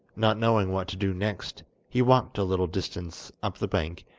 not knowing what to do next, he walked a little distance up the bank,